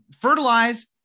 fertilize